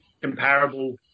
comparable